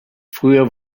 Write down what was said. früher